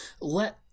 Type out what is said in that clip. let